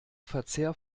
verzehr